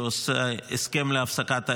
שעושה ההסכם להפסקת האש.